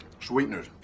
sweeteners